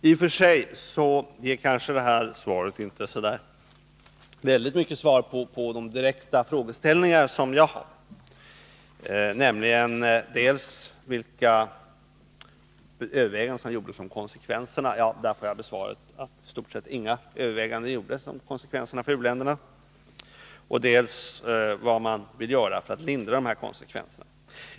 I och för sig ger utrikesministern inte mycket av svar på mina direkta frågeställningar, nämligen dels vilka överväganden som gjordes om konsekvensen av devalveringen för u-länderna — där fick jag beskedet att i stort sett inga överväganden gjordes —, dels vad man vill göra för att lindra dessa konsekvenser.